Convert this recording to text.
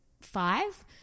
five